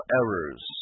errors